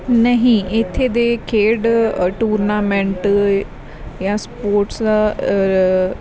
ਨਹੀਂ ਇੱਥੇ ਦੇ ਖੇਡ ਟੂਰਨਾਮੈਂਟ ਜਾਂ ਸਪੋਰਟਸ